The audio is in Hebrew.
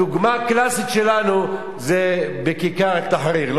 הדוגמה הקלאסית שלנו זה בכיכר תחריר.